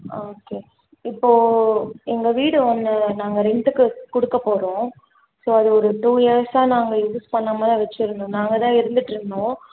okay இப்போது எங்கள் வீடு ஒன்று நாங்கள் ரெண்ட்டுக்கு கொடுக்க போகிறோம் ஸோ அதை ஒரு டூ இயர்ஸ்சாக நாங்கள் யூஸ் பண்ணாமல் தான் வச்சுருந்தோம் நாங்கள் தான் இருந்துகிட்டு இருந்தோம்